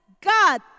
God